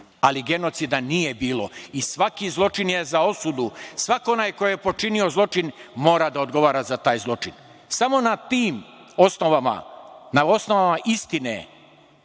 ali genocida nije bilo. I svaki zločin je za osudu. Svako onaj ko je počinio zločin, mora da odgovara za taj zločin. Samo na tim osnovama, na osnovama istine